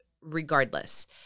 regardless